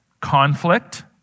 conflict